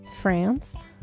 France